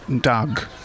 Doug